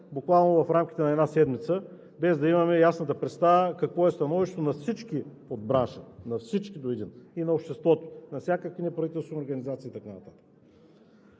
буквално в рамките на една седмица, без да имаме ясната представа какво е становището на всички от бранша – на всички до един, и на обществото, на всякакви неправителствени организации и така